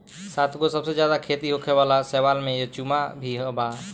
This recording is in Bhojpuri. सातगो सबसे ज्यादा खेती होखे वाला शैवाल में युचेमा भी बा